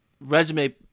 resume